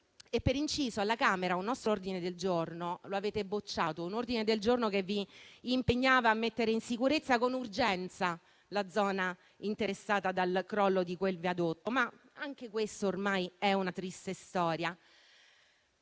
Per inciso, alla Camera dei deputati avete bocciato un nostro ordine del giorno che vi impegnava a mettere in sicurezza con urgenza la zona interessata dal crollo di quel viadotto, ma anche questa ormai è una triste storia.